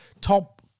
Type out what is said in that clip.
top